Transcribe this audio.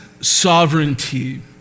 sovereignty